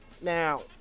Now